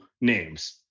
names